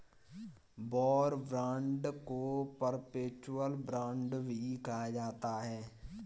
war bond को perpetual bond भी कहा जाता है